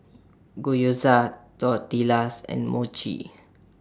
Gyoza Tortillas and Mochi